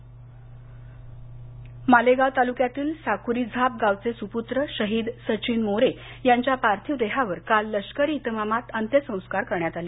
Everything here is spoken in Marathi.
शहीद अंत्यसंस्कार मालेगाव तालुक्यातील साकुरी झाप गावचे सुपुत्र शहीद सचिन मोरे यांच्या पार्थिव देहावर काल लष्करी इतमामात अंत्यसंस्कार करण्यात आले